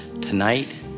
tonight